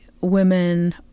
women